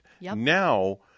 Now